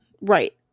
Right